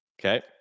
Okay